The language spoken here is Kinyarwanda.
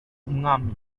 umwami